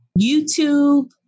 YouTube